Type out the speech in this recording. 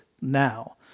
now